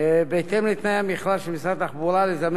את הנהגים שצברו נקודות לקורס חובה,